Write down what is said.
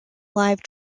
live